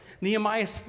Nehemiah